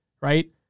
Right